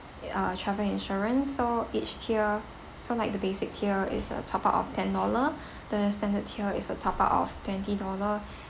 uh travel insurance so each tier so like the basic tier is a top up of ten dollar the standard tier is a top up of twenty dollar